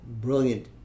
brilliant